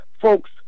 folks